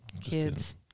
Kids